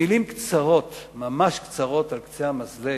מלים קצרות, ממש קצרות, על קצה המזלג,